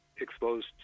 exposed